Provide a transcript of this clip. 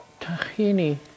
Tahini